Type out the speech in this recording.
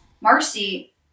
Marcy